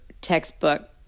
textbook